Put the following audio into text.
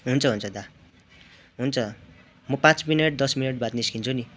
हुन्छ हुन्छ दादा हुन्छ म पाँच मिनेट दस मिनेट बाद निस्किन्छु नि